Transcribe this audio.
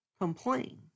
complain